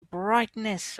brightness